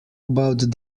about